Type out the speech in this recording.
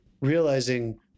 realizing